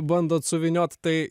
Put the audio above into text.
bandot suvyniot tai